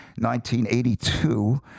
1982